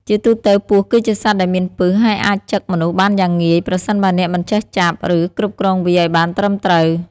ជាទូទៅពស់គឺជាសត្វដែលមានពិស ហើយអាចចឹកមនុស្សបានយ៉ាងងាយ ប្រសិនបើអ្នកមិនចេះចាប់ ឬគ្រប់គ្រងវាឱ្យបានត្រឹមត្រូវ។